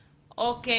תודה.